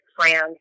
France